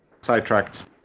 Sidetracked